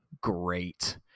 great